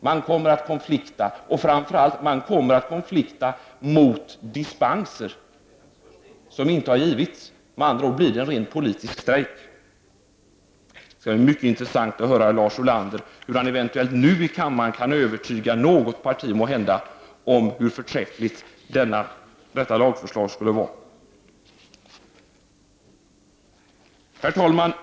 Man kommer att konflikta, och man kommer att konflikta framför allt mot att man inte har fått dispens. Det blir med andra ord en rent politisk strejk. Det skall bli mycket intressant att höra om Lars Ulander nu i kammaren kan övertyga något parti om hur förträffligt detta lagförslag är. Herr talman!